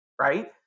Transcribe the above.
right